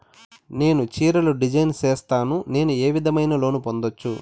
నేను చీరలు డిజైన్ సేస్తాను, నేను ఏ విధమైన లోను పొందొచ్చు